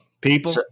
people